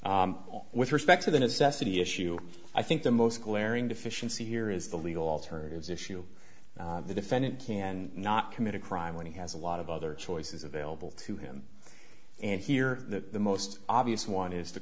honor with respect to the necessity issue i think the most glaring deficiency here is the legal alternatives issue the defendant can not commit a crime when he has a lot of other choices available to him and here the most obvious one is to